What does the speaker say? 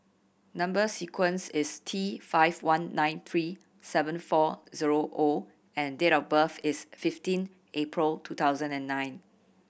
number sequence is T five one nine three seven four zero O and date of birth is fifteen April two thousand and nine